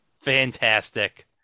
fantastic